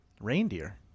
Reindeer